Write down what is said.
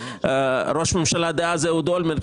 ראש הממשלה דאז אהוד אולמרט,